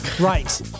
Right